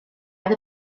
oedd